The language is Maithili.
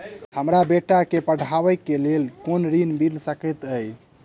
हमरा बेटा केँ पढ़ाबै केँ लेल केँ ऋण मिल सकैत अई?